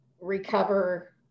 recover